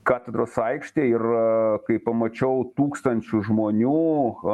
katedros aikštėj ir kai pamačiau tūkstančius žmonių